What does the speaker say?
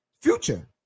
future